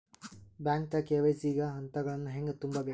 ಬ್ಯಾಂಕ್ದಾಗ ಕೆ.ವೈ.ಸಿ ಗ ಹಂತಗಳನ್ನ ಹೆಂಗ್ ತುಂಬೇಕ್ರಿ?